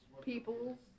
People